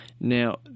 Now